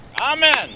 Amen